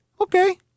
Okay